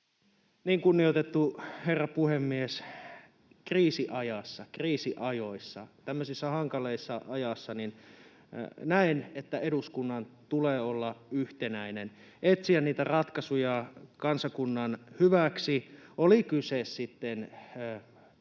hyvä. Kunnioitettu herra puhemies! Kriisiajassa, tämmöisessä hankalassa ajassa, näen, että eduskunnan tulee olla yhtenäinen ja etsiä ratkaisuja kansakunnan hyväksi, oli kyse sitten